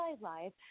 live